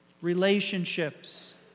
Relationships